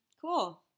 Cool